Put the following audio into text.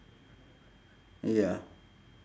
ya